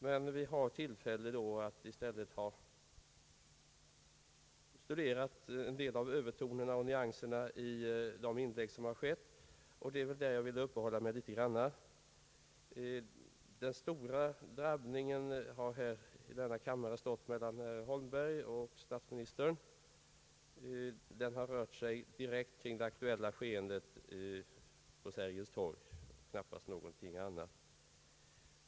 Men vi har då i stället haft tillfälle att studera en del av övertonerna och nyanserna i de inlägg som har gjorts, och jag vill uppehålla mig litet grand vid dessa. Den stora drabbningen har i denna kammare stått mellan herr Holmberg och statsministern, och den har knappast rört sig om något annat än det aktuella skeendet på Sergels torg.